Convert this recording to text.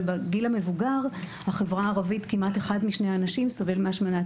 אבל בגיל המבוגר בחברה הערבית כמעט אחד משני אנשים סובל מהשמנת